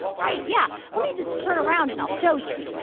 right. yeah, let me just turn around, and i'll show you.